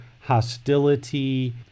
hostility